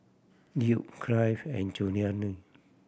Duke Clyde and Julianne